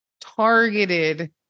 targeted